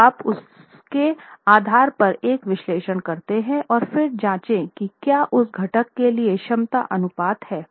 तो आप उसके आधार पर एक विश्लेषण करते हैं और फिर जांचते हैं कि क्या उस घटक के लिए क्षमता अनुपात है